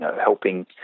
helping